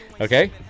Okay